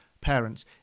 parents